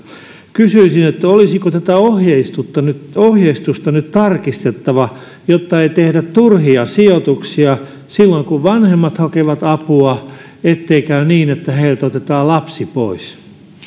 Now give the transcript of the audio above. kysyisin olisiko tätä ohjeistusta nyt ohjeistusta nyt tarkistettava jotta ei tehdä turhia sijoituksia silloin kun vanhemmat hakevat apua ettei käy niin että heiltä otetaan lapsi pois